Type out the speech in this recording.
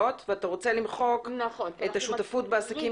ואתה רוצה למחוק את השותפות בעסקים,